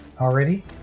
already